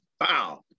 wow